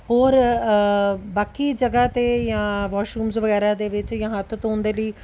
ਹੋਰ ਬਾਕੀ ਜਗ੍ਹਾ 'ਤੇ ਜਾਂ ਵਾਸ਼ਰੂਮਸ ਵਗੈਰਾ ਦੇ ਵਿੱਚ ਜਾਂ ਹੱਥ ਧੋਣ ਦੇ ਲਈ